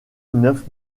neuf